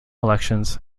elections